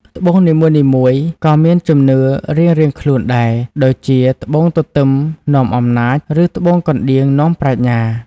ត្បូងនីមួយៗក៏មានជំនឿរៀងៗខ្លួនដែរ ដូចជាត្បូងទទឹមនាំអំណាច ឬត្បូងកណ្ដៀងនាំប្រាជ្ញា។